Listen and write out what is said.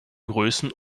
größen